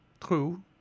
true